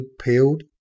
peeled